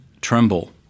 tremble